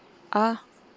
ah